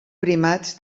primats